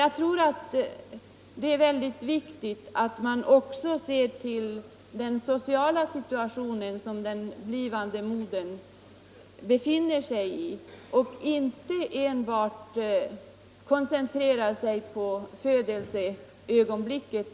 Jag tror att det är väldigt viktigt att man också ser till den sociala situation som den blivande modern befinner sig i och inte enbart koncentrerar sig på födelseögonblicket.